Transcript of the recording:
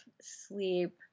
sleep